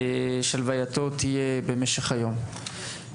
שהלווייתו תתקיים במשך היום.